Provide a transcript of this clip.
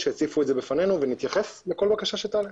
שיציפו בפנינו ונתייחס לכל בקשה שתעלה.